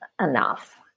enough